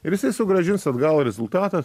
ir jisai sugrąžins atgal rezultatą